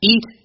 Eat